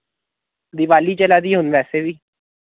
दिवाली चला दी ऐ हून वैसे बी